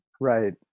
Right